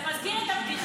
נכון, זה מזכיר את הבדיחה,